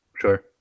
sure